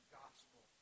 gospel